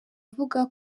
avuga